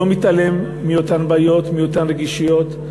לא מתעלם מאותן בעיות, מאותן רגישויות.